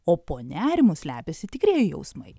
o po nerimu slepiasi tikrieji jausmai